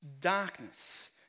darkness